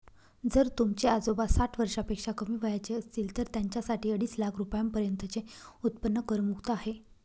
जर तुमचे आजोबा साठ वर्षापेक्षा कमी वयाचे असतील तर त्यांच्यासाठी अडीच लाख रुपयांपर्यंतचे उत्पन्न करमुक्त आहे